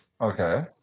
Okay